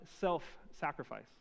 self-sacrifice